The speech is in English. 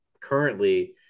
currently